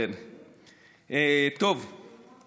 קודם